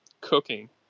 cooking